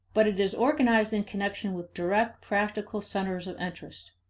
but it is organized in connection with direct practical centers of interest.